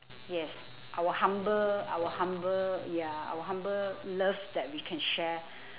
yes our humble our humble ya our humble love that we can share